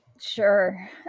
Sure